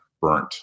burnt